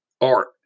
art